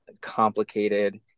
complicated